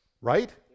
Right